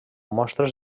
mostres